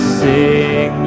sing